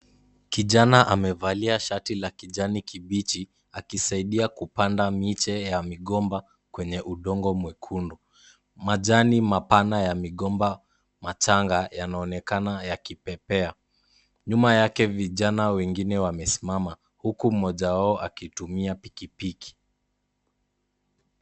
Kijana amevalia shati la kijani kibichi, akisaidia kupanda miche ya mikomba kwenye udongo mwekundu. Majani mabana ya mikomba machanga yanaonekana yakipepea. Nyuma yake vijana wengine wanaonekana wamesimama, huku moja wao akitumia pikipiki.